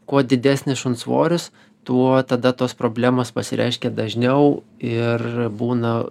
kuo didesnis šuns svoris tuo tada tos problemos pasireiškia dažniau ir būna